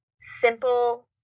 simple